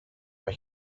but